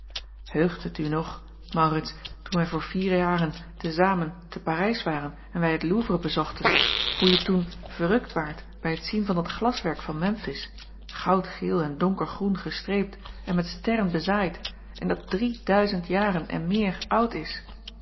eugt het u nog aurits toen wij voor vier jaren te zamen te arijs waren en wij het ouvre bezochten hoe je toen verrukt waart bij het zien van dat glaswerk van emfis goudgeel en donkergroen gestreept en met sterren bezaaid en dat drie duizend jaren en meer oud is